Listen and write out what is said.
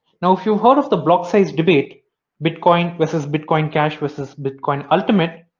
now if you heard of the block size debate bitcoin versus bitcoin cash versus bitcoin ultimate,